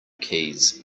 keys